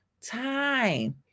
time